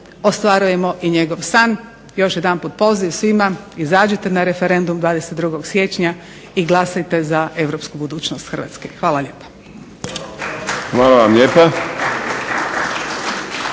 ostvarujemo i njegov san. Još jedanput poziv svima izađite na referendum 22. siječnja i glasajte za europsku budućnost Hrvatske. Hvala lijepa.